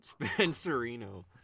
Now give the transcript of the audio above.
Spencerino